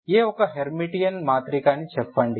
A ఒక Hermitian మాత్రికఅని చెప్పండి